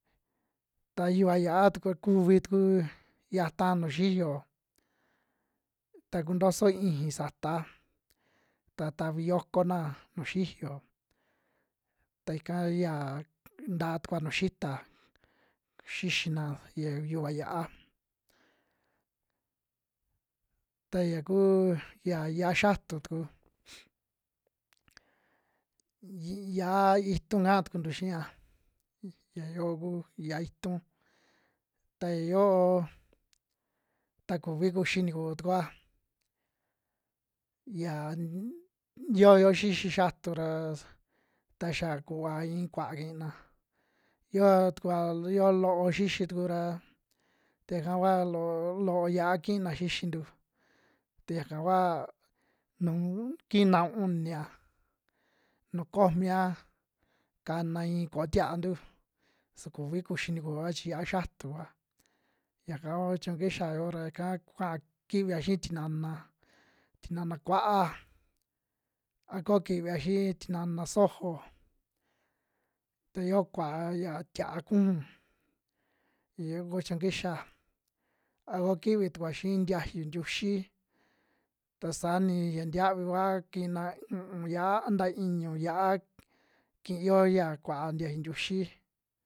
Ta yuva yi'á tuku, kuvi tuku yataa nuju xiyo ta kuntoso iixi sataa, ta tavi yokonaa nuju xiyo ta ika yaa nta tukua nuu xita xixina ya yuva yi'á. Ta ya kuu ya yia'a xatu tuku, yi- yia'a itun kaa tukuntu xia ya yoo ku yia'a itu, ta ya yoo ta kuvi kuxi tikuu tukuoa, ya uk uk yoo yo xixi yatu ra ta xa kuva iin kua kiina, yoo tukua yo loo xixi tuku ra ta yaka kua loo, loo yia'a kina xixintu, ta yaka kuaa nu kiina unia nu komia kana ii ko'o tia'antu su kuvi kuxi tikuoa chi yia'a xatu vua, yaka kuu chiñu kixa yoo ra ika kua kivia xii tinana, tinana kua'a a ko kivia xii tinana sojo, ta yo kua'a ya tia'a kujun, ya yoo ku chiñu kixa a ko kivi tukua xii ntiayu ntiuxi, ta saa ni ya ntiavi kua kina u'un yia'a a nta iñu yia'a kiyo ya kua'a ntiayu ntiuxi.